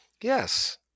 Yes